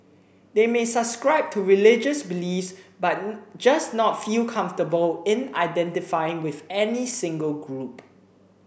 they may subscribe to religious beliefs but just not feel comfortable in identifying with any single group